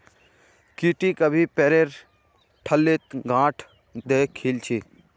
की टी कभी पेरेर ठल्लीत गांठ द खिल छि